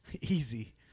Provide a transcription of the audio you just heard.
easy